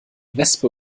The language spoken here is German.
wespe